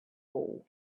hole